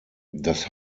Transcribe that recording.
das